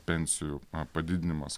pensijų padidinimas